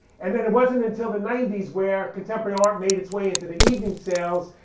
and then it wasn't until the ninety s where contemporary art made its way into the evening sales,